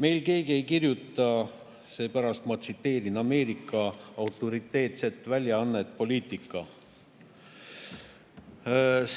sellest ei kirjuta, seepärast ma tsiteerin Ameerika autoriteetset väljaannet Politico.